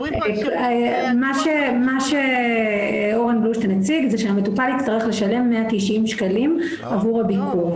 מה שאורן בלומשטיין הציג זה שהמטופל יצטרך לשלם 190 שקלים עבור הביקור.